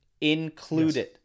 included